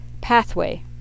pathway